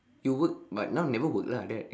you work but now you never work lah like there